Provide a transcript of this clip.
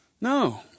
No